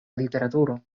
literaturo